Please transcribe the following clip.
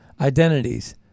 identities